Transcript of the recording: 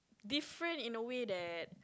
different in a way that